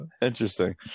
Interesting